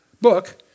book